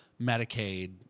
Medicaid